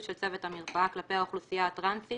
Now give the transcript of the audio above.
של צוות המרפאה כלפי האוכלוסייה הטרנסית